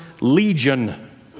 Legion